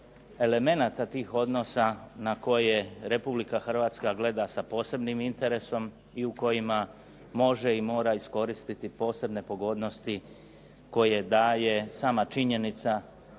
elemenata tih odnosa na koje Republika Hrvatska gleda sa posebnim interesom i u kojima može i mora iskoristiti posebne pogodnosti koje daje sama činjenica